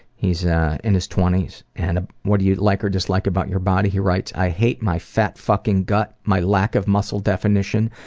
he's in his twenty s, and ah what do you like or dislike about your body? he writes i hate my fat fucking gut, my lack of muscle definition,